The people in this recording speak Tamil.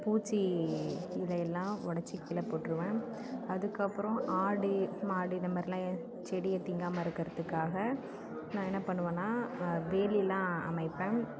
பூச்சி இதை எல்லாம் உடச்சி கீழே போட்டிருவேன் அதுக்கப்புறம் ஆடு மாடு இது மாதிரில்லாம் செடியை திண்காம இருக்கிறதுக்காக நான் என்ன பண்ணுவேன்னால் வேலியெலாம் அமைப்பேன்